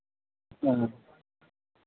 ᱚ